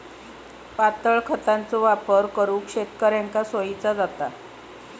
पातळ खतांचो वापर करुक शेतकऱ्यांका सोयीचा जाता